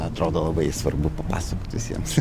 atrodo labai svarbu papasakot visiems